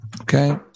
Okay